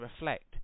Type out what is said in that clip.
reflect